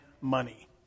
money